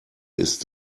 ist